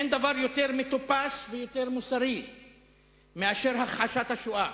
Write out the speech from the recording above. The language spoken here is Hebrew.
אין דבר יותר מטופש ויותר לא מוסרי מאשר הכחשת השואה.